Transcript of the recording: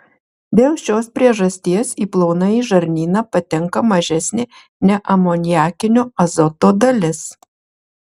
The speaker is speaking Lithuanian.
dėl šios priežasties į plonąjį žarnyną patenka mažesnė neamoniakinio azoto dalis